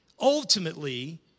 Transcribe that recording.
ultimately